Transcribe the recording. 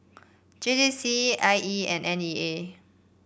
J J C I E and N E A